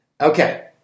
Okay